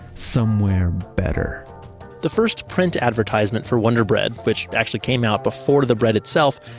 somewhere better the first print advertisement for wonder bread, which actually came out before the bread itself,